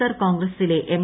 R കോൺഗ്രസിലെ M